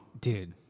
Dude